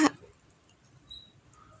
part